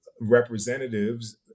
representatives